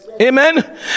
Amen